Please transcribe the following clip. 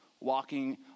walking